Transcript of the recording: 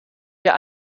wir